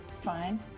Fine